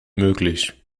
möglich